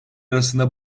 arasında